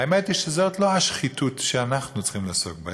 האמת היא שזאת לא השחיתות שאנחנו צריכים לעסוק בה,